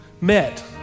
met